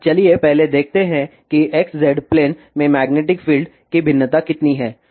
तो चलिए पहले देखते हैं कि xz प्लेन में मैग्नेटिक फील्ड की भिन्नता कितनी है